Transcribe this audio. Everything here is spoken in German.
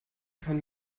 kann